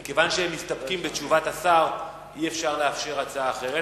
מכיוון שהם מסתפקים בתשובת השר אי-אפשר לאפשר הצעה אחרת.